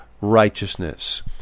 righteousness